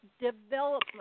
development